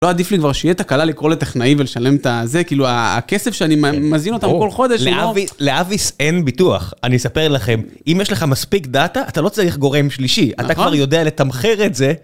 לא עדיף לי כבר כשיהיה תקלה לקרוא לטכנאי ולשלם את הזה, כאילו הכסף שאני מזין אותם כל חודש, לאוויס אין ביטוח, אני אספר לכם, אם יש לך מספיק דאטה, אתה לא צריך גורם שלישי, אתה כבר יודע לתמחר את זה.